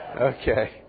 Okay